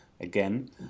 Again